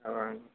అవునండీ